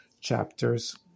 chapters